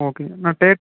ஓகேங்கண்ணா நான்